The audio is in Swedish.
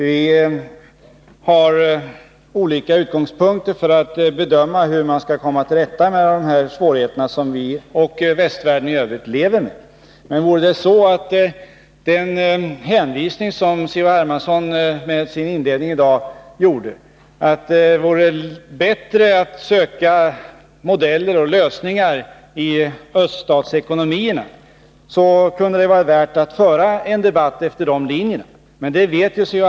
Vi har olika utgångspunkter när det gäller att bedöma hur man skall kunna komma till rätta med de svårigheter som både vi och västvärlden i övrigt lever med. Låg det någon sanning bakom den hänvisning som Carl-Henrik Hermansson gjorde i sitt inledningsanförande i dag till att det vore bättre att söka lösningar och modeller i öststatsekonomierna, kunde det vara värt att föra en debatt efter de linjerna. Men C.-H.